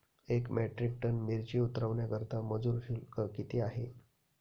एक metric tonne मिरची उतरवण्याकरता मजुर शुल्क किती आहे?